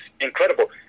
incredible